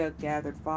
gathered